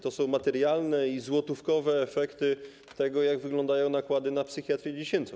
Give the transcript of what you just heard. To są materialne i złotówkowe efekty tego, jak wyglądają nakłady na psychiatrię dziecięcą.